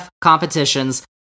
competitions